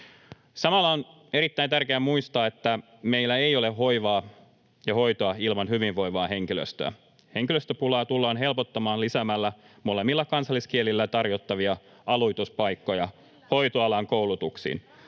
Samalla on erittäin tärkeää muistaa, että meillä ei ole hoivaa ja hoitoa ilman hyvinvoivaa henkilöstöä. Henkilöstöpulaa tullaan helpottamaan lisäämällä molemmilla kansalliskielillä tarjottavia aloituspaikkoja hoitoalan koulutuksiin.